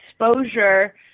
exposure